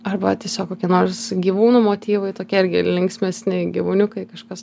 arba tiesiog kokie nors gyvūnų motyvai tokie irgi linksmesni gyvūniukai kažkas